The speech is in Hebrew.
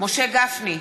משה גפני,